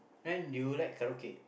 then do you like karaoke